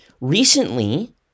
Recently